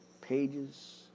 pages